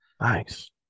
Nice